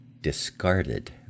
discarded